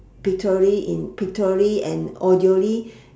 pictorially in pictorially and